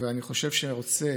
ואני חושב שהוא רוצה